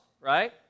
right